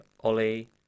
Ollie